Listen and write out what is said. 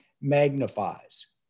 magnifies